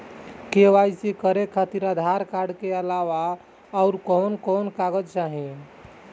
KYC करे खातिर Aadhaar card के अलावा आउरकवन कवन कागज चाहीं?